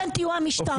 אתם תהיו המשטרה,